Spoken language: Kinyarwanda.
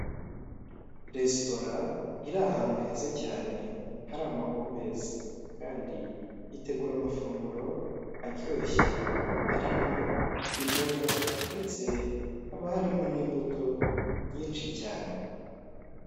Ni kwa muganga imbuga yaho isashishije amapave hari ubusitani kandi burimo ibiti birebire n'indabyo ngufi ya hari parikingi iparitsemo imodoka imwe y'umukara n'imodoka ebyiri zishinzwe gutwara abarwayi.